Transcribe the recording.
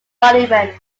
monument